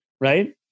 Right